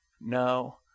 no